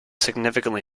significantly